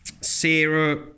Sarah